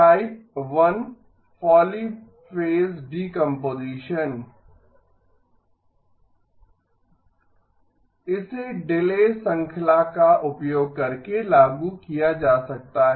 type 1 polyphase decomposition इसे delay श्रृंखला का उपयोग करके लागू किया जा सकता है